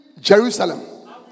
Jerusalem